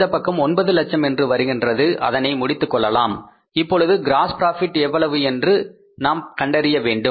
இந்த பக்கம் 900000 என்று வருகின்றது இதனை முடித்துக்கொள்ளலாம் இப்பொழுது க்ராஸ் ப்ராபிட் எவ்வளவு என்று நாம் கண்டறிய வேண்டும்